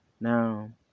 Now